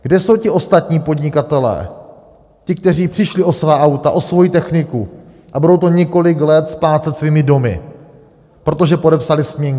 Kde jsou ti ostatní podnikatelé, ti, kteří přišli o svá auta, o svoji techniku a budou to několik let splácet svými domy, protože podepsali směnky?